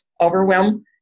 overwhelm